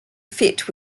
fit